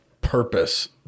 purpose